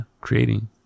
creating